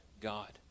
God